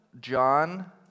John